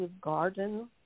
garden